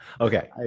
Okay